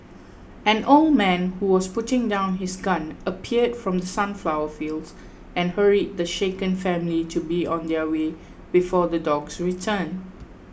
an old man who was putting down his gun appeared from the sunflower fields and hurried the shaken family to be on their way before the dogs return